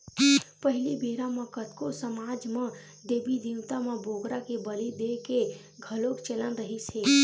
पहिली बेरा म कतको समाज म देबी देवता म बोकरा के बली देय के घलोक चलन रिहिस हे